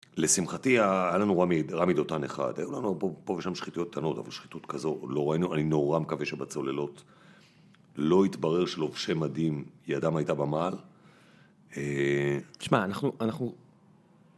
לשמחתי היה לנו רמי, רמי דותן אחד, היו לנו פה ושם שחיתויות קטנות, אבל שחיתות כזו לא ראינו, אני נורא מקווה שבצוללות לא יתברר שלובשי מדים ידם הייתה במעל. שמע, אנחנו אנחנו...